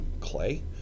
clay